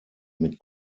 mit